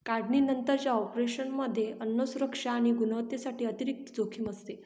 काढणीनंतरच्या ऑपरेशनमध्ये अन्न सुरक्षा आणि गुणवत्तेसाठी अतिरिक्त जोखीम असते